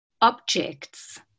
objects